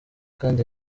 kandi